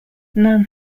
none